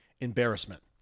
embarrassment